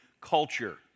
culture